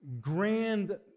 grand